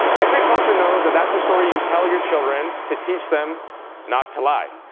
every culture knows that that's a story you tell your children to teach them not to lie.